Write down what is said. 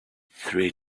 three